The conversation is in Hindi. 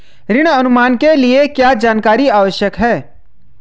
ऋण अनुमान के लिए क्या जानकारी आवश्यक है?